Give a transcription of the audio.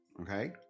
okay